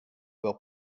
will